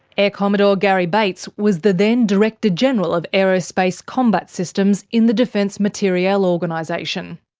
air commodore garry bates was the then director-general of aerospace combat systems in the defence materiel organisation.